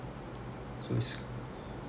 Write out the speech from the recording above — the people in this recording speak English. so is